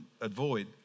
avoid